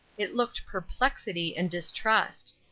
it looked perplexity and distrust.